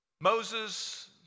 Moses